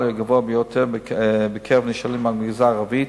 היתה גבוהה ביותר בקרב נשאלים מהמגזר הערבי,